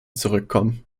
zurückkommen